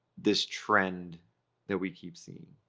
this trend that we keep seeing,